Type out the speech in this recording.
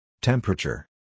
Temperature